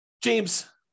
James